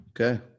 Okay